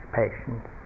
patience